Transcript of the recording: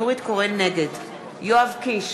נגד יואב קיש,